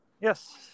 Yes